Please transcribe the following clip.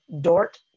Dort